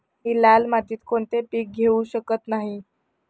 मी लाल मातीत कोणते पीक घेवू शकत नाही?